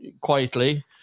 quietly